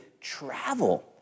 travel